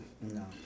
No